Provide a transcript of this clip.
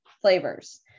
flavors